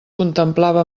contemplava